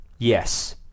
Yes